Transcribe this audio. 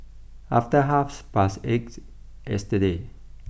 after half past eight yesterday